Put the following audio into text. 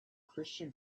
christian